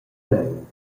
maun